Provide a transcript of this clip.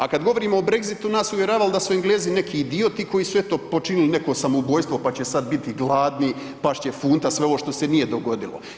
A kad govorimo o Brexitu, nas uvjeravali da su Englesi neki idioti koji su eto, počinili neko samoubojstvo pa će sada biti gladni, past će funta, sve ovo što se nije dogodilo.